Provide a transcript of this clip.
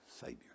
Savior